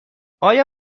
آیا